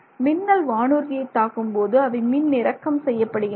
மின்னல் வானூர்தியை தாக்கும்போது அவை மின்னிறக்கம் செய்யப்படுகின்றன